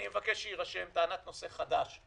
אני מבקש שתירשם טענת נושא חדש.